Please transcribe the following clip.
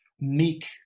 meek